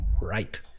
Right